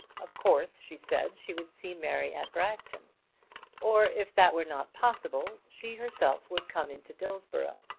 of course, she said, she would see mary at bragton or if that were not possible, she herself would come into dillsborough.